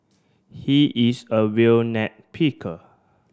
he is a real picker